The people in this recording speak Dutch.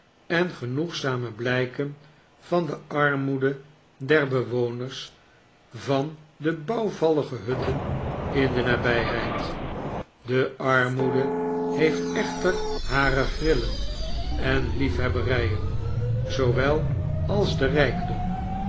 en genoegzame blijken van de armoede der bewoners van de bouwvallige hutten in de nabijheid de armoede heeft echter hare grillen en liefhebberijen zoowel als de rijkdom